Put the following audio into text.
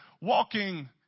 Walking